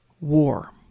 war